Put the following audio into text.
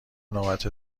نوبت